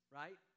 right